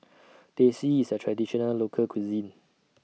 Teh C IS A Traditional Local Cuisine